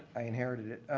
i inherited it.